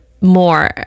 more